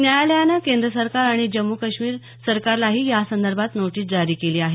न्यायालयानं केंद्र सरकार आणि जम्मू काश्मीर सरकारलाही यासंदर्भात नोटीस जारी केली आहे